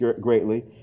greatly